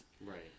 Right